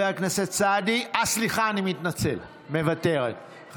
מוותרת,